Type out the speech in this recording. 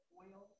oil